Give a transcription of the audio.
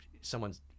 someone's